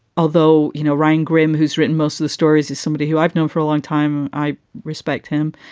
although, you know, ryan grim, who's written most of the stories, is somebody who i've known for a long time. i respect him,